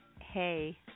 Hey